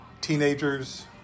teenagers